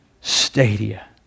stadia